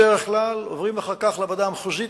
בדרך כלל עוברים אחר כך לוועדה המחוזית,